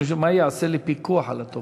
לשאול: מה ייעשה לפיקוח על התופעה?"